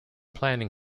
planning